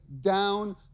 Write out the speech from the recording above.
down